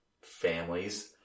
families